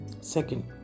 second